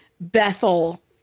Bethel